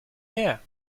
here